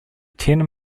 ten